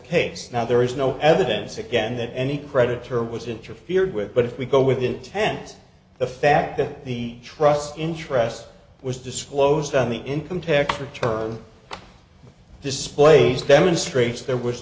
case now there is no evidence again that any creditor was interfered with but if we go with intent the fact that the trust interest was disclosed on the income tax return displays demonstrates there was